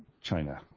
China